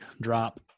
drop